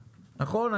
נכון?